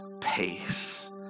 pace